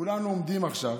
כולנו עומדים עכשיו,